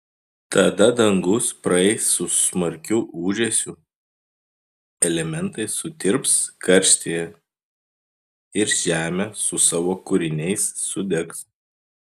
tada dangūs praeis su smarkiu ūžesiu elementai sutirps karštyje ir žemė su savo kūriniais sudegs